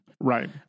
Right